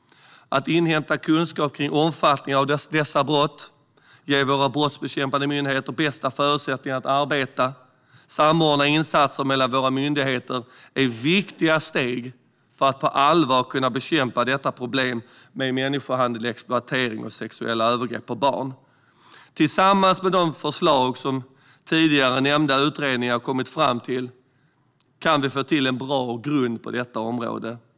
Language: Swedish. Att inhämta kunskap om omfattningen av dessa brott, ge våra brottsbekämpande myndigheter bästa förutsättningar att arbeta och samordna insatser mellan myndigheter är viktiga steg för att på allvar kunna bekämpa människohandel, exploatering och sexuella övergrepp mot barn. Tillsammans med de förslag som tidigare nämnda utredningar kommit fram till kan vi lägga en bra grund på detta område.